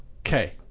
Okay